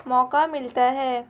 موقع ملتا ہے